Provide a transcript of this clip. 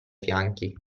fianchi